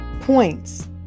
points